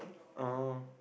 oh